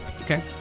Okay